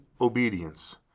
obedience